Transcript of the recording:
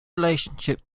relationship